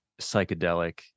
psychedelic